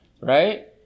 Right